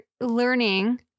learning